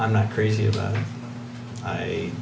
i'm not crazy about it i